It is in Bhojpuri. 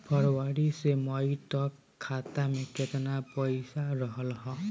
फरवरी से मई तक खाता में केतना पईसा रहल ह?